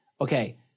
okay